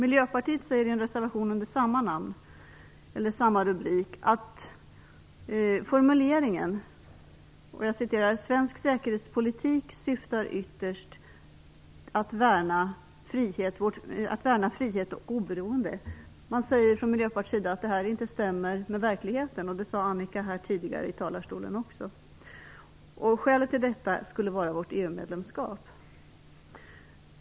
Miljöpartiet säger i sin reservation med samma rubrik: Svensk säkerhetspolitik syftar ytterst till att värna frihet och oberoende. Men detta stämmer inte med verkligheten, säger man från Miljöpartiet, vilket också Annika Nordgren sade här tidigare. Skälet till detta skulle vara vårt EU-medlemskap.